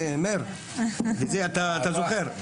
מאיר, זה אתה זוכר?